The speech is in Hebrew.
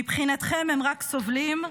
מבחינתכם הם רק סובלים,